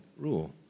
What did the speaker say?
rule